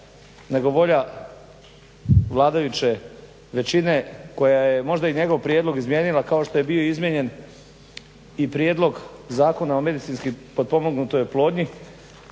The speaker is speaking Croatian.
nego volja vladajuće većine koja je možda i njegov prijedlog izmijenila kao što je bio izmijenjen i Prijedlog zakona o medicinski potpomognutoj oplodnji